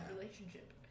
relationship